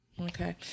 Okay